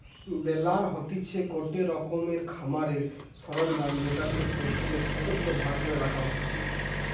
বেলার হতিছে গটে রকমের খামারের সরঞ্জাম যেটা দিয়ে শস্যকে ছোট ছোট ভাগ করে রাখা হতিছে